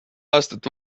aastat